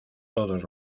todos